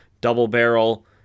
double-barrel